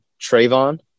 Trayvon